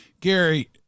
Gary